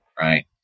right